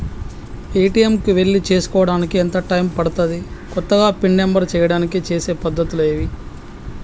ATM కు వెళ్లి చేసుకోవడానికి ఎంత టైం పడుతది? కొత్తగా పిన్ నంబర్ చేయడానికి చేసే పద్ధతులు ఏవి?